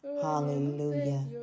hallelujah